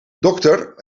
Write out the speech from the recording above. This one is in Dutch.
dokter